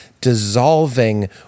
dissolving